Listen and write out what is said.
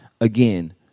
again